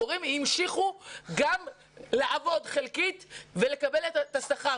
המורים המשיכו גם לעבוד חלקית, ולקבל את השכר.